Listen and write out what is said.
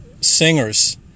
singers